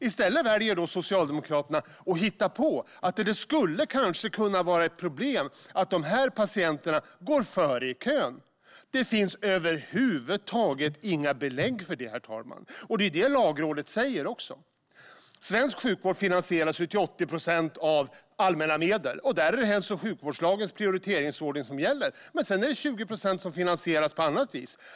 I stället väljer Socialdemokraterna att hitta på att det kanske skulle kunna vara ett problem att de här patienterna går före i kön. Det finns över huvud taget inga belägg för det, fru talman. Det säger också Lagrådet. Svensk sjukvård finansieras till 80 procent av allmänna medel, och där är det hälso och sjukvårdslagens prioriteringsordning som gäller. Men 20 procent finansieras på annat vis.